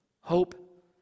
Hope